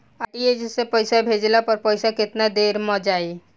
RTGS से पईसा भेजला पर पईसा केतना देर म जाई?